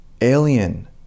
alien